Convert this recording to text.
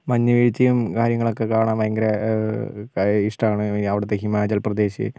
മഞ്ഞുവീഴ്ച്ചയും കാര്യങ്ങളൊക്കെ കാണാൻ ഭയങ്കര ഇഷ്ട്ടമാണ് അവിടുത്തെ ഹിമാചൽ പ്രദേശ്